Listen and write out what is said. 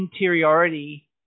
interiority